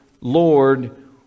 Lord